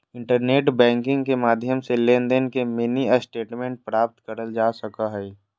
internet banking के माध्यम से लेनदेन के मिनी स्टेटमेंट प्राप्त करल जा सको हय